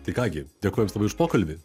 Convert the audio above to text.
tai ką gi dėkoju jums labai už pokalbį